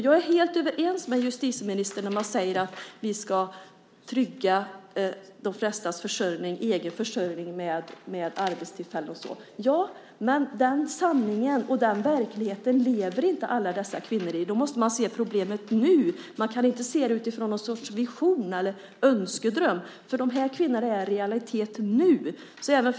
Jag är helt överens med justitieministern när hon säger att vi ska trygga de flestas egen försörjning med arbetstillfällen. Men den sanningen och verkligheten lever inte alla dessa kvinnor i. Därför måste man se problemet nu. Man kan inte se det utifrån någon sorts vision eller önskedröm. De här kvinnorna finns i realiteten nu .